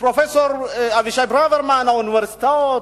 פרופסור אבישי ברוורמן, האוניברסיטאות,